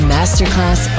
Masterclass